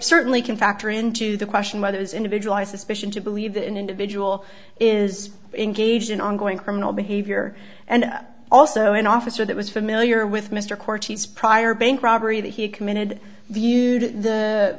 certainly can factor into the question whether his individualized suspicion to believe that an individual is engaged in ongoing criminal behavior and also an officer that was familiar with mr cortis prior bank robbery that he committed